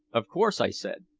of course, i said.